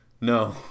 no